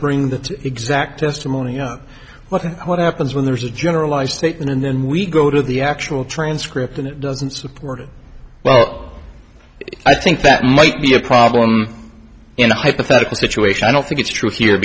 bring that exact estimate and you know what what happens when there's a generalized statement and then we go to the actual transcript and it doesn't support it well i think that might be a problem in a hypothetical situation i don't think it's true here